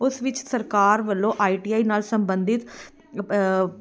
ਉਸ ਵਿੱਚ ਸਰਕਾਰ ਵੱਲੋਂ ਆਈ ਟੀ ਆਈ ਨਾਲ ਸੰਬੰਧਿਤ